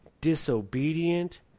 disobedient